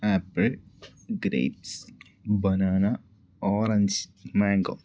apple grapes banana orange mango